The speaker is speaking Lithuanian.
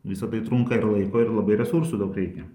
visa tai trunka ir laiko ir labai resursų daug reikia